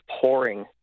pouring